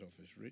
office